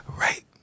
right